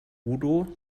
udo